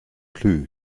clue